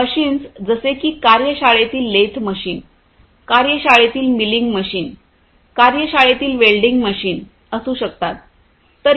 machines जसे की कार्य शाळेतील लेथ मशीन कार्य शाळेतील मिलिंग मशीन कार्य शाळेतील वेल्डिंग मशीन असू शकतात